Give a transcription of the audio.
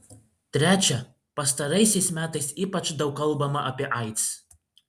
trečia pastaraisiais metais ypač daug kalbama apie aids